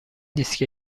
دیسک